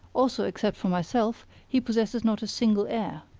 also, except for myself, he possesses not a single heir.